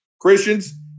Christians